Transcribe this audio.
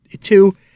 two